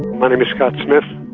my name is scott smith